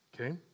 Okay